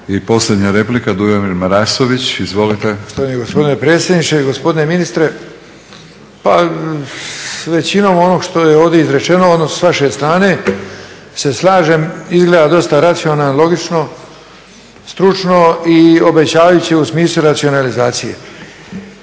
I posljednja replika Dujomir Marasović. Izvolite. **Marasović, Dujomir (HDZ)** Štovani gospodine potpredsjedniče, gospodine ministre. Pa većinom onog što je izrečeno s vaše strane se slažem, izgleda dosta racionalno, logično, stručno i obećavajuće u smislu racionalizacije.